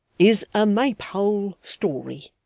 is a maypole story,